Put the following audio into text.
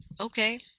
okay